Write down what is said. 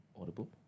audible